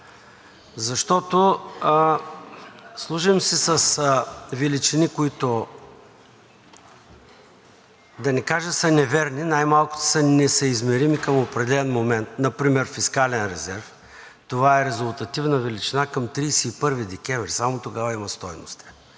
защото си служим с величини, които, да не кажа, са неверни, най-малкото са несъизмерими към определен момент – например фискален резерв. Това е резултативна величина към 31 декември, само тогава е в стойност.